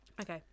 okay